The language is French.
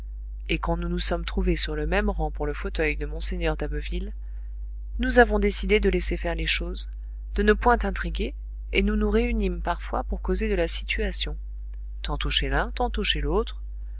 et quand nous nous sommes trouvés sur le même rang pour le fauteuil de mgr d'abbeville nous avons décidé de laisser faire les choses de ne point intriguer et nous nous réunîmes parfois pour causer de la situation tantôt chez l'un tantôt chez l'autre